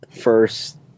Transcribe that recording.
first